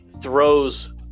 throws